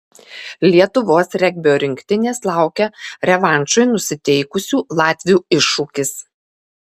lietuvos regbio rinktinės laukia revanšui nusiteikusių latvių iššūkis